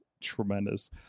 Tremendous